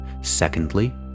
Secondly